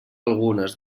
algunes